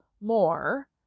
more